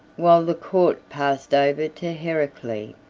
while the court passed over to heraclea,